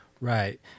right